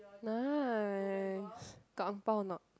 nice got angbao or not